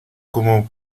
como